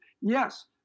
Yes